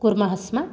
कुर्मः स्म